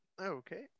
Okay